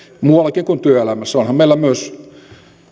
muuallakin kuin työelämässä onhan meillä myös